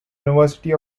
university